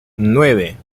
nueve